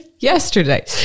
yesterday